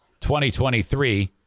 2023